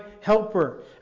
helper